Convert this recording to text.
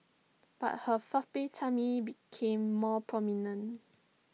but her flabby tummy became more prominent